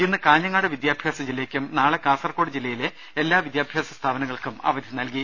ഇന്ന് കാഞ്ഞങ്ങാട് വിദ്യാഭ്യാസ ജില്ലയ്ക്കും നാളെ കാസർകോട് ജില്ലയിലെ എല്ലാ വിദ്യാഭ്യാസ സ്ഥാപനങ്ങൾക്കും അവധിയായിരി ക്കും